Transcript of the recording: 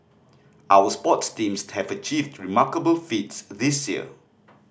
our sports teams have achieved remarkable feats this year